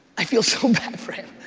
i feel so bad for him,